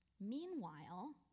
Meanwhile